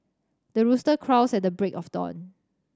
the rooster crows at the break of dawn